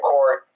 Court